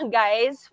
guys